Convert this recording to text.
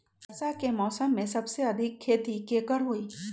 वर्षा के मौसम में सबसे अधिक खेती केकर होई?